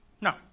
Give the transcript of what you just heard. No